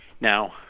Now